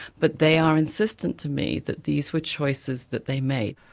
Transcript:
but they are insistent to me that these were choices that they made.